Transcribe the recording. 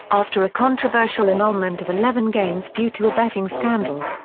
after a controversial annulment of eleven games due to a betting scandal.